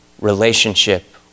relationship